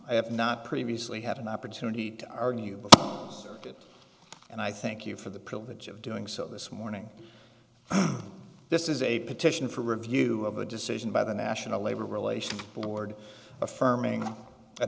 i have not previously had an opportunity to argue that and i thank you for the privilege of doing so this morning this is a petition for review of a decision by the national labor relations board affirming